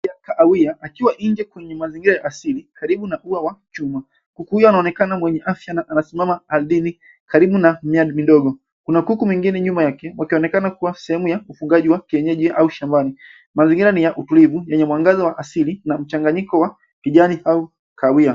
Kuku wa kahawia akiwa nje kwenye mazingira asili karibu na ua wa chuma. Kuku huyo anaonekana mwenye afya na anasimama ardhini karibu na miamba midogo. Kuna kuku wengi nyuma yake wakionekana kuwa sehemu ya ufugaji wa kienyeji au shambani. Mazingira ni ya utulivu yenye mwangaza wa asili na mchanganyiko wa kijani au kahawia.